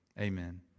amen